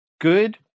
good